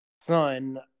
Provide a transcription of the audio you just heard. son